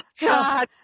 God